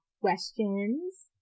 questions